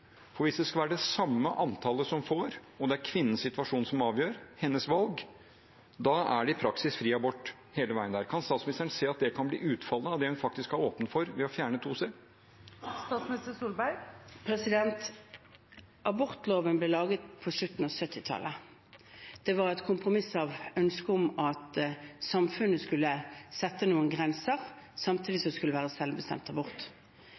Hvis det skal være det samme antallet som får, og det er kvinnens situasjon som avgjør, hennes valg, da er det i praksis fri abort hele veien. Kan statsministeren se at det kan bli utfallet av det hun faktisk har åpnet for ved å fjerne § 2c? Abortloven ble laget på slutten av 1970-tallet. Det var et kompromiss på bakgrunn av et ønske om at samfunnet skulle sette noen grenser, samtidig som det skulle være selvbestemt abort.